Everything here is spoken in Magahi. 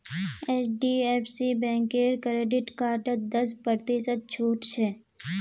एचडीएफसी बैंकेर क्रेडिट कार्डत दस प्रतिशत छूट छ